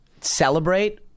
celebrate